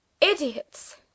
idiots